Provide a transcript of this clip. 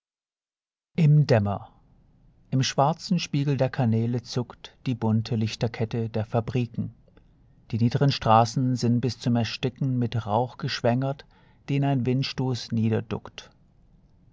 im dämmer im schwarzen spiegel der kanäle zuckt die bunte lichterkette der fabriken die niedren strassen sind bis zum ersticken mit rauch geschwängert den ein windstoss